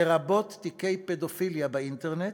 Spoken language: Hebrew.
לרבות תיקי פדופיליה באינטרנט,